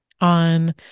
on